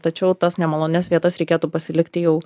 tačiau tas nemalonias vietas reikėtų pasilikti jau